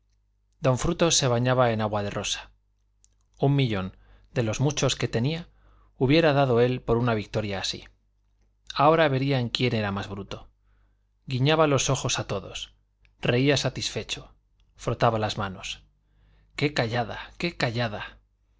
don frutos se bañaba en agua de rosa un millón de los muchos que tenía hubiera dado él por una victoria así ahora verían quién era más bruto guiñaba los ojos a todos reía satisfecho frotaba las manos qué callada qué callada